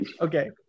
okay